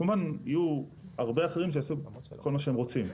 כמובן יהיו הרבה אחרים שיעשו כל מה שהם רוצים,